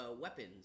weapons